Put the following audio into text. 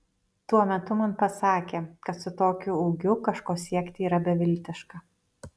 tuo metu man pasakė kad su tokiu ūgiu kažko siekti yra beviltiška